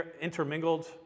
intermingled